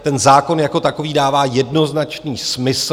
Ten zákon jako takový dává jednoznačný smysl.